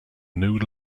new